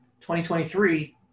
2023